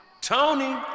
Tony